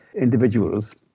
individuals